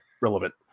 relevant